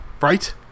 Right